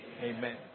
Amen